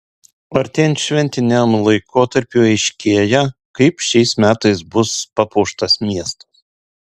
artėjant šventiniam laikotarpiui aiškėja kaip šiais metais bus papuoštas miestas